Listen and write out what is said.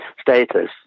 status